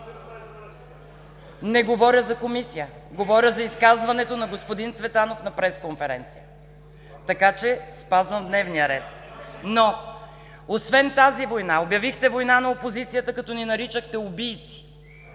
Не говоря за комисия, говоря за изказването на господин Цветанов на пресконференция, така че спазвам дневния ред. Освен тази война обявихте война на опозицията като ни наричахте „убийци“.